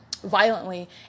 violently